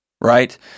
right